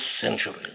centuries